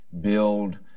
build